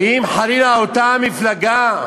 ואם חלילה אותה מפלגה,